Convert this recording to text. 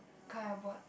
kind of what